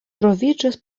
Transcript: troviĝas